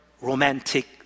romantic